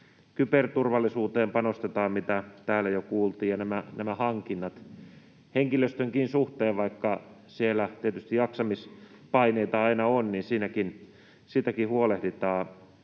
kyberturvallisuuteen panostetaan, mikä täällä jo kuultiin, ja nämä hankinnat henkilöstönkin suhteen. Vaikka siellä tietysti jaksamispaineita aina on, niin siitäkin huolehditaan.